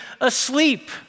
asleep